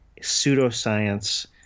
pseudoscience